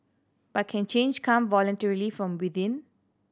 but can change come voluntarily from within